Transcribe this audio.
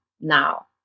now